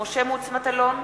משה מטלון,